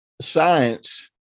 science